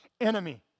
enemy